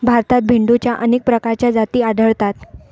भारतात भेडोंच्या अनेक प्रकारच्या जाती आढळतात